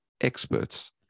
experts